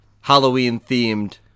Halloween-themed